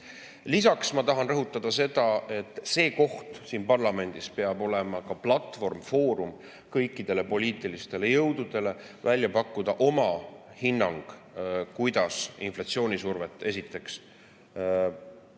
Lisaks ma tahan rõhutada seda, et see koht siin parlamendis peab olema platvorm, foorum kõikidele poliitilistele jõududele välja pakkuda oma hinnang, kuidas inflatsioonisurvet esiteks